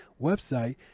website